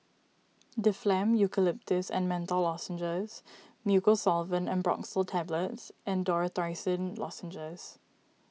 Difflam Eucalyptus and Menthol Lozenges Mucosolvan Ambroxol Tablets and Dorithricin Lozenges